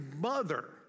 mother